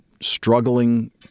struggling